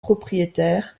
propriétaire